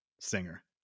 singer